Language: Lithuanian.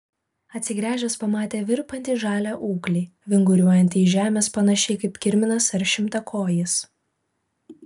atsigręžęs pamatė virpantį žalią ūglį vinguriuojantį iš žemės panašiai kaip kirminas ar šimtakojis